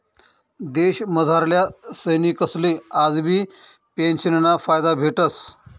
देशमझारल्या सैनिकसले आजबी पेंशनना फायदा भेटस